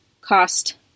cost